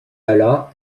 alla